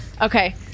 Okay